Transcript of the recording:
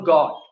God